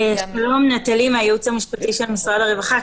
אני מהייעוץ המשפטי של משרד הרווחה.